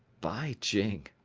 by jing,